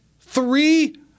three